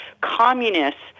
communists